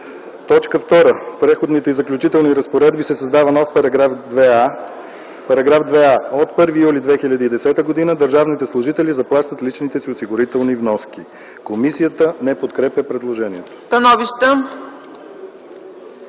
5.” 2. В Преходните и заключителни разпоредби се създава нов § 2а: „§ 2а. От 1 юли 2010 г. държавните служители заплащат личните си осигурителни вноски”. Комисията не подкрепя предложението. ПРЕДСЕДАТЕЛ